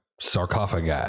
sarcophagi